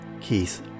Keith